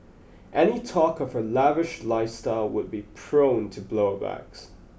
any talk of her lavish lifestyle would be prone to blow backs